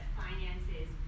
finances